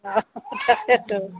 অঁ তাকেতো